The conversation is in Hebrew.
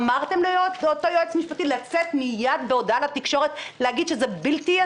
אמרתם לאותו יועץ משפטי לצאת מייד בהודעה לתקשורת ולהגיד שזה בלתי ישים?